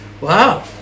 Wow